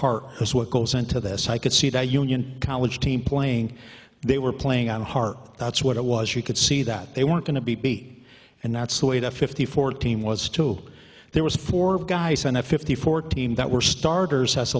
heart as what goes into this i could see the union college team playing they were playing on heart that's what it was you could see that they weren't going to be and that's the way that fifty four team was two there was four guys on a fifty four team that were starters has